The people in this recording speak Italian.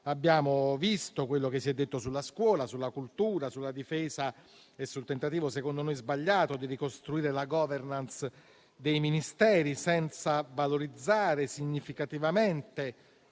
Abbiamo ascoltato quello che si è detto sulla scuola, sulla cultura, sulla difesa e sul tentativo, secondo me sbagliato, di ricostruire la *governance* dei Ministeri, senza valorizzare significativamente